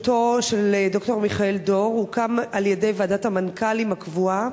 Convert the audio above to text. הוא הוקם על-ידי ועדת המנכ"לים הקבועה